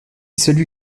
celui